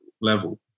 level